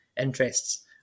interests